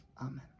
Amen